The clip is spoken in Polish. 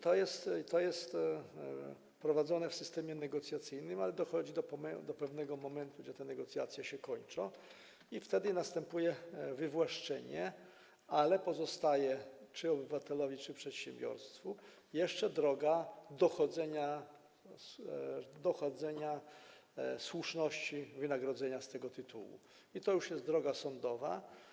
To jest prowadzone w systemie negocjacyjnym, ale dochodzi do pewnego momentu, w którym te negocjacje się kończą, i wtedy następuje wywłaszczenie, ale pozostaje obywatelowi czy przedsiębiorstwu jeszcze droga dochodzenia słuszności wynagrodzenia z tego tytułu i to już jest droga sądowa.